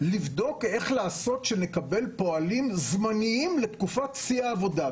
לבדוק איך לעשות שנקבל פועלים זמניים לתקופת שיא העבודה,